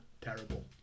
terrible